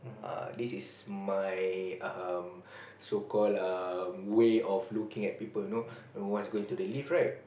err this is my um so call err way of looking at people you know no once going to the lift right